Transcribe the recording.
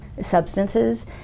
substances